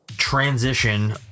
transition